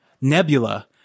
Nebula